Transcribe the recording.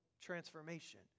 transformation